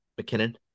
McKinnon